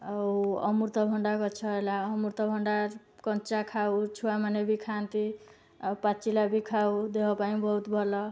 ଆଉ ଅମୃତଭଣ୍ଡା ଗଛ ହେଲା ଅମୃତଭଣ୍ଡା କଞ୍ଚା ଖାଉ ଛୁଆମାନେ ବି ଖାଆନ୍ତି ଆଉ ପାଚିଲା ବି ଖାଉ ଦେହ ପାଇଁ ବହୁତ ଭଲ